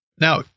Now